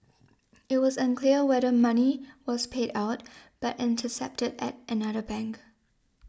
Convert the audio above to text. it was unclear whether money was paid out but intercepted at another bank